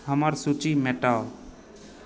हमर सूची मेटाउ